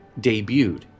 debuted